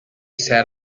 sat